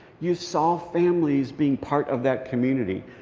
you saw families being part of that community.